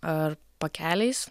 ar pakeliais